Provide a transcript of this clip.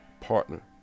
partner